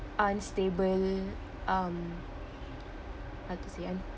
unstable um how to say